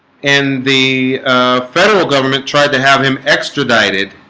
and the federal government tried to have him extradited